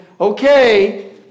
okay